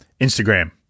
Instagram